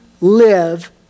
live